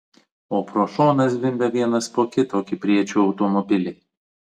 o pro šoną zvimbia vienas po kito kipriečių automobiliai